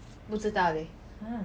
不知道 leh